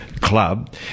club